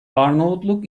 arnavutluk